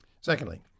Secondly